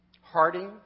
Harding